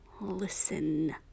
listen